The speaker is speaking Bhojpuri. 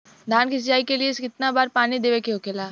धान की सिंचाई के लिए कितना बार पानी देवल के होखेला?